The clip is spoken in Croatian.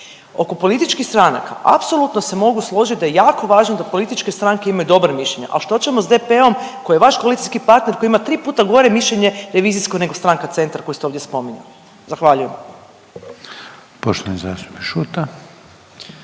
Oko političkih stranaka apsolutno se mogu složit da je jako važno da političke stranke imaju dobra mišljenja, al što ćemo s DP-om koji je vaš koalicijski partner koji ima tri puta gore mišljenje revizijsko nego stranka Centar koju ste ovdje spominjali? Zahvaljujem. **Reiner, Željko